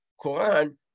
Quran